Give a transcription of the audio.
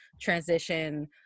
transition